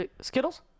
Skittles